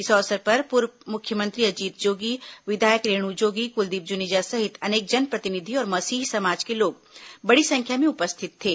इस अवसर पर पूर्व मुख्यमंत्री अजीत जोगी विधायक रेणु जोगी कुलदीप जुनेजा सहित अनेक जनप्रतिनिधि और मसीही समाज के लोग बड़ी संख्या में उपस्थित थे